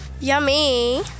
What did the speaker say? Yummy